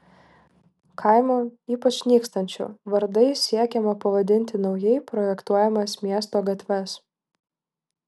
kaimų ypač nykstančių vardais siekiama pavadinti naujai projektuojamas miesto gatves